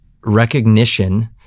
recognition